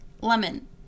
lemon